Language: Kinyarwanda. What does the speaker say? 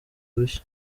bushya